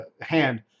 hand